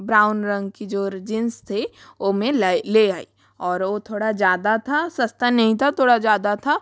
brown रंग की जो जीन्स थी वो मैं लाई ले आई और वो थोड़ा ज़्यादा था सस्ता नहीं था थोड़ा ज़्यादा था